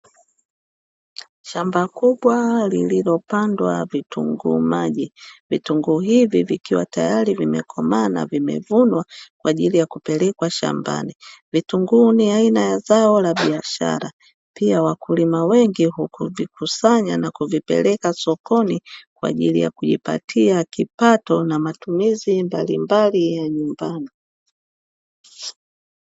Shamba kubwa liliopandwa vitunguu maji, vitunguu hivi vikiwa tayari vimekomaa na vimevunwa kwajili ya kupelekwa shambani, vitunguu ni aina ya zao la biashara pia wakulima wengi huvikusanya na kuvipeleka sokoni kwajili ya kujipatia kipato na matumizi mbalimbali ya nyumbani.